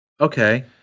Okay